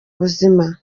ubuzima